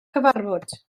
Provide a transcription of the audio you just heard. cyfarfod